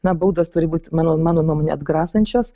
na baudos turi būt mano mano nuomone atgrasančios